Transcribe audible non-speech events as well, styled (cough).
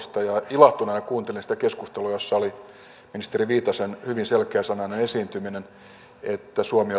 ilahtuneena kuuntelin sitä keskustelua jossa oli ministeri viitasen hyvin selkeäsanainen esiintyminen siitä että suomi (unintelligible)